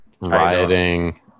Rioting